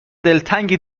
دلتنگ